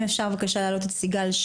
רק דיברנו,